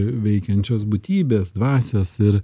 veikiančios būtybės dvasios ir